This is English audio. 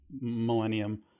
millennium